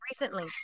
recently